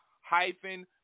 hyphen